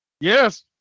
Yes